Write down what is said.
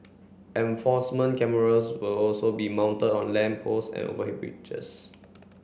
enforcement cameras will also be mounted on lamp post and overhead bridges